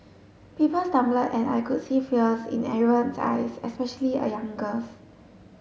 people stumble and I could see fears in everyone's eyes especially a young girl's